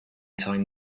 time